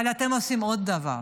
אבל אתם עושים עוד דבר: